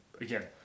again